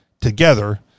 together